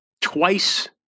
twice